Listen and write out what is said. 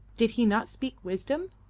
did he not speak wisdom?